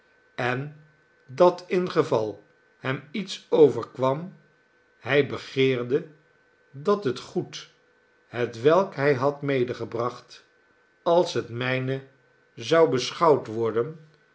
en dat in geval hem iets overkwam hij begeerde dat het goed hetwelk hij had medegebracht als het mijne zou beschouwd worden